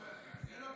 אז גם זה לא קרה.